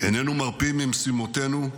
איננו מרפים ממשימותינו,